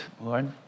Lord